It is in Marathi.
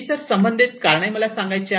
इतर संबंधित कारणे मला सांगायचे आहेत